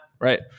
Right